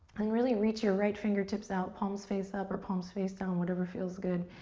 and really reach your right fingertips out, palms face up or palms face down, whatever feels good.